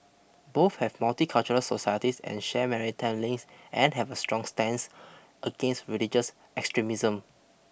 both have multicultural societies and share maritime links and have a strong stance against religious extremism